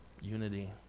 Unity